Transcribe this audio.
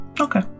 Okay